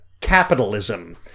capitalism